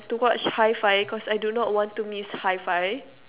to watch high-five cause I do not want to miss high-five